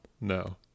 no